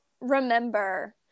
remember